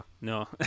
no